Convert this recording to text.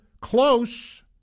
Close